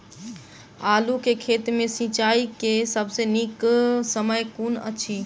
आलु केँ खेत मे सिंचाई केँ सबसँ नीक समय कुन अछि?